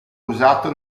usato